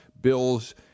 bills